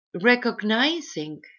recognizing